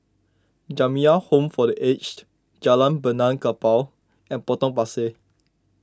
Jamiyah Home for the Aged Jalan Benaan Kapal and Potong Pasir